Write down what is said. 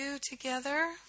together